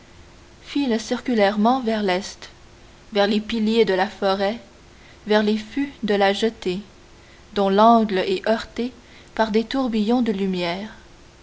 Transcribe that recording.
filent circulairement vers l'est vers les piliers de la forêt vers les fûts de la jetée dont l'angle est heurté par des tourbillons de lumière